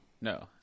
No